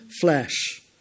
flesh